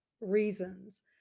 reasons